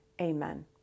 Amen